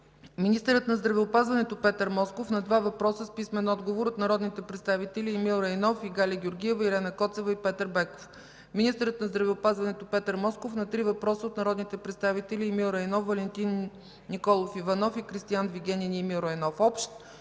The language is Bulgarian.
министърът на здравеопазването Петър Москов – на два въпроса с писмен отговор от народните представители Емил Райнов, и Галя Георгиева, Ирена Коцева и Петър Беков; - министърът на здравеопазването Петър Москов – на три въпроса от народните представители Емил Райнов, Валентин Николов Иванов, и Кристиан Вигенин и Емил Райнов; -